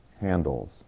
handles